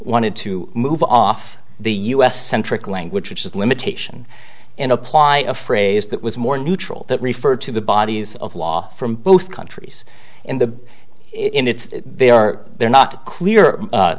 wanted to move off the u s centric language which is limitation and apply a phrase that was more neutral that referred to the bodies of law from both countries in the in it's they are there not clear